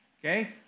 okay